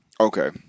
Okay